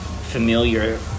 familiar